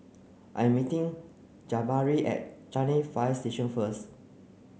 I'm meeting Jabari at Changi Fire Station first